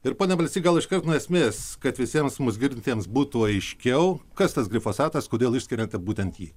ir pone balsy gal iškart nuo esmės kad visiems mus girdintiems būtų aiškiau kas tas glifosatas kodėl išskiriate būtent jį